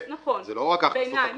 זה לא רק בעלי ההכנסות הגבוהות.